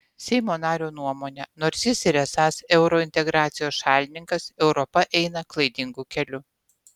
seimo nario nuomone nors jis ir esąs eurointegracijos šalininkas europa eina klaidingu keliu